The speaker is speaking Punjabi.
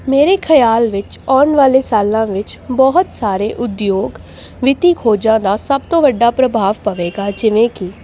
ਮੇਰੇ ਖਿਆਲ ਵਿੱਚ ਆਉਣ ਵਾਲੇ ਸਾਲਾਂ ਵਿੱਚ ਬਹੁਤ ਸਾਰੇ ਉਪਯੋਗ ਵਿੱਤੀ ਖੋਜਾਂ ਦਾ ਸਭ ਤੋਂ ਵੱਡਾ ਪ੍ਰਭਾਵ ਪਵੇਗਾ ਜਿਵੇਂ ਕਿ